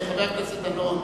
חבר הכנסת דנון.